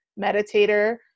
meditator